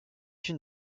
une